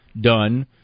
done